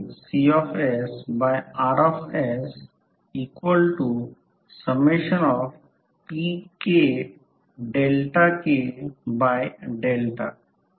तर हे ∅ 1 ∅ 1 1 ∅ 1 2 प्रत्यक्षात काय करत आहे ∅ 1 हा टोटल फ्लक्स आहे जो कॉइल 1 जोडतो परंतु ∅ 1 2 प्रत्यक्षात कॉइल 2 ला जोडतो